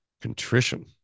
contrition